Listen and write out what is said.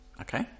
Okay